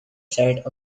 side